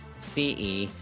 CE